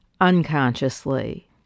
unconsciously